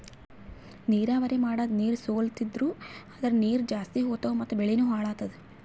ನೀರಾವರಿ ಮಾಡದ್ ನೀರ್ ಸೊರ್ಲತಿದ್ವು ಅಂದ್ರ ನೀರ್ ಜಾಸ್ತಿ ಹೋತಾವ್ ಮತ್ ಬೆಳಿನೂ ಹಾಳಾತದ